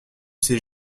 ces